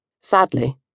Sadly